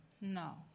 No